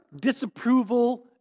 disapproval